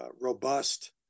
robust